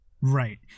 Right